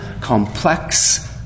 complex